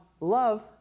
love